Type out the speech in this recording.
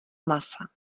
masa